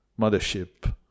mothership